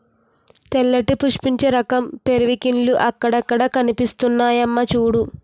తెల్లటి పుష్పించే రకం పెరివింకిల్లు అక్కడక్కడా కనిపిస్తున్నాయమ్మా చూడూ